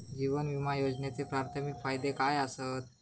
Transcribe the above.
जीवन विमा योजनेचे प्राथमिक फायदे काय आसत?